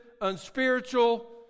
unspiritual